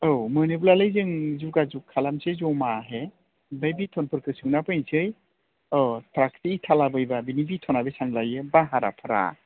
औ मोनोब्लाय जों ज'गा ज'ग खालामनोसै जमायै ओमफ्राय बिथनफोरखौ सोंना फैनोसै औ ट्राकसे इटा लाबोयोबा बिनि बेथ'ना बेसेबां लायो भाराफ्रा